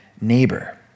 neighbor